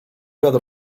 wiatr